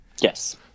Yes